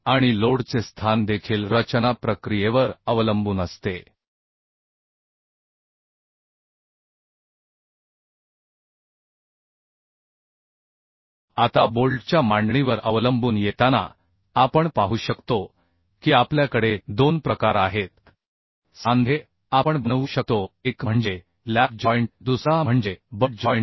आणि लोड चे स्थान देखील रचना प्रक्रियेवर अवलंबून असते आता बोल्टच्या मांडणीवर अवलंबून येताना आपण पाहू शकतो की आपल्याकडे दोन प्रकार आहेत सांधे आपण बनवू शकतो एक म्हणजे लॅप जॉइंट दुसरा म्हणजे बट जॉइंट